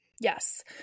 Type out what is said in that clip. Yes